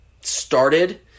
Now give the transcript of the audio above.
started